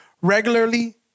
regularly